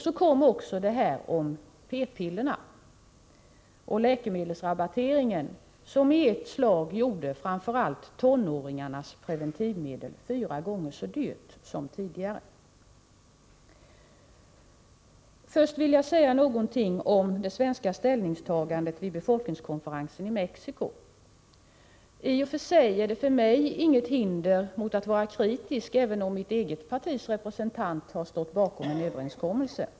Så kom också de här förändringarna i rabatteringssystemet för läkemedel — som omfattar även p-piller — vilka i ett slag gjorde framför allt tonåringarnas preventivmedel fyra gånger så dyra som tidigare. Först vill jag säga något om det svenska ställningstagandet vid befolkningskonferensen i Mexico. I och för sig hade ingenting behövt hindra mig från att vara kritisk, även om mitt eget partis representant har stått bakom en överenskommelse.